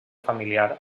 familiar